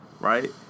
right